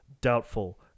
doubtful